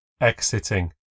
Exiting